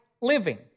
living